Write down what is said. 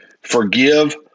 Forgive